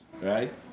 Right